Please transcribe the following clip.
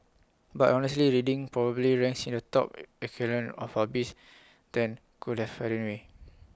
but honestly reading probably ranks in the top echelon of hobbies that could have anyway